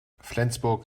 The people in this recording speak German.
flensburg